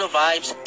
vibes